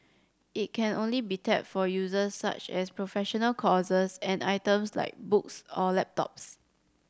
it can only be tapped for uses such as professional courses and items like books or laptops